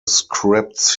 scripts